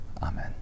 Amen